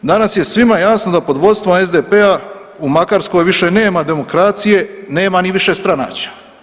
Danas je svima jasno da pod vodstvom SDP-a u Makarskoj više nema demokracije, nema ni višestranačja.